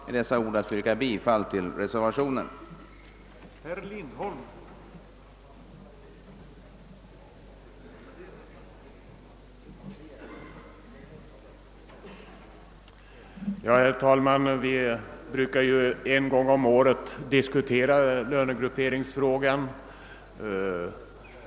Med dessa ord ber jag att få yrka bifall till reservationen av herr Axel Andersson m.fl.